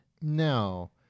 No